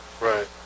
right